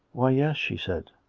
why, yes, she said.